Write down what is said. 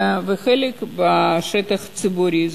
וחלק בשטח ציבורי,